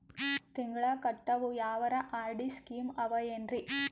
ತಿಂಗಳ ಕಟ್ಟವು ಯಾವರ ಆರ್.ಡಿ ಸ್ಕೀಮ ಆವ ಏನ್ರಿ?